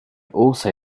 also